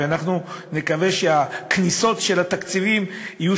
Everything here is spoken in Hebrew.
ואנחנו נקווה שהכניסות של התקציבים יהיו